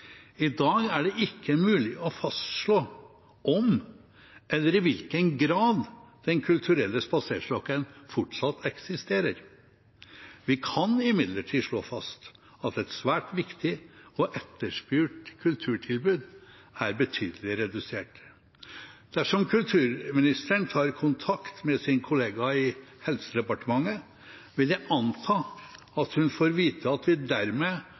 I dag er det ikke mulig å fastslå om eller i hvilken grad Den kulturelle spaserstokken fortsatt eksisterer. Vi kan imidlertid slå fast at et svært viktig og etterspurt kulturtilbud er betydelig redusert. Dersom kulturministeren tar kontakt med sin kollega i Helse- og omsorgsdepartementet, vil jeg anta at hun får vite at vi dermed